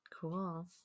cool